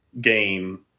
game